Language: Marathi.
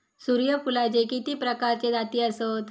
सूर्यफूलाचे किती प्रकारचे जाती आसत?